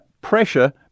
pressure